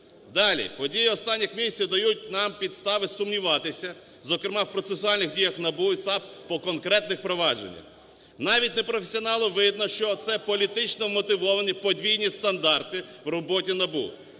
Далі. Події останніх місяців дають нам підстави сумніватися, зокрема в процесуальних діях НАБУ і САП по конкретних провадженнях. Навіть непрофесіоналу видно, що це політично мотивовані подвійні стандарти в роботі НАБУ.